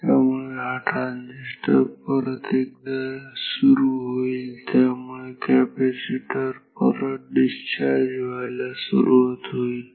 त्यामुळे हा ट्रांजिस्टर परत एकदा सुरू होईल त्यामुळे कॅपॅसिटर परत डिस्चार्ज व्हायला सुरुवात होईल